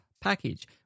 package